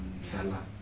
Salah